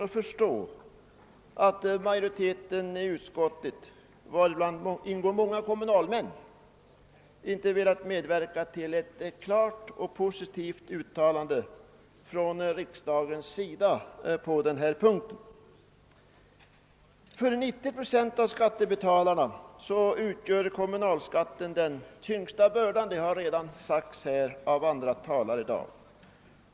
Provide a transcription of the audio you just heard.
Jag har svårt att förstå varför utskottets majoritet, där många kommunalmän ingår, inte har velat medverka till ett klart och positivt uttalande av riksdagen på den punkten. För 90 procent av skattebetalarna utgör kommunalskatten den tyngsta bördan. Detta har andra talare redan framhållit här i dag.